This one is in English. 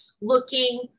looking